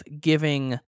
giving